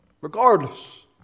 Regardless